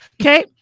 Okay